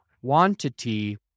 Quantity